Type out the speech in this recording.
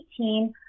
2018